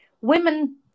women